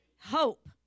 hope